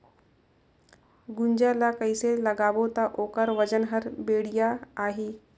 गुनजा ला कइसे लगाबो ता ओकर वजन हर बेडिया आही?